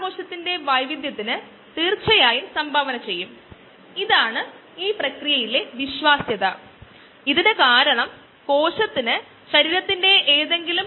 നമ്മുടെ വിശകലനത്തിനായി ഇത് പറഞ്ഞുകഴിഞ്ഞാൽ മുമ്പ് കണ്ട ലളിതമായ ബാച്ച് വളർച്ചയിൽ ശ്രദ്ധ കേന്ദ്രീകരിക്കാം